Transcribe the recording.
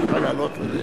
יוכל לעלות.